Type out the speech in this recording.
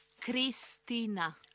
Christina